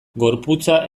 gorputza